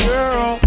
Girl